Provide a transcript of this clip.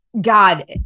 God